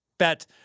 bet